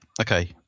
okay